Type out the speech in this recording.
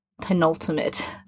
penultimate